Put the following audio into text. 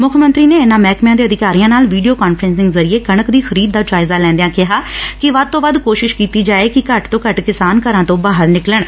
ਮੁੱਖ ਮੰਤਰੀ ਨੇ ਇਨਾਂ ਮਹਿਕਮਿਆਂ ਦੇ ਅਧਿਕਾਰੀਆਂ ਨਾਲ ਵੀਡੀਓ ਕਾਨਫਰੈਸਿੰਗ ਦੇ ਜ਼ਰੀਏ ਕਣਕ ਦੀ ਖਰੀਦ ਦਾ ਜਾਇਜ਼ਾ ਲੈਂਦਿਆਂ ਕਿਹਾ ਕਿ ਵੱਧ ਤੋਂ ਵੱਧ ਕੋਸ਼ਿਸ਼ ਕੀਤੀ ਜਾਏ ਕਿ ਘੱਟ ਤੋਂ ਘੱਟ ਕਿਸਾਨ ਘਰਾਂ ਤੋਂ ਬਾਹਰ ਨਿਕਲਣ